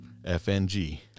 fng